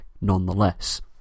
nonetheless